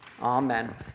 Amen